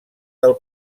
del